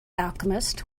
alchemist